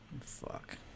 Fuck